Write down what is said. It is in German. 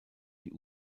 die